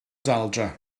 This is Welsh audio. daldra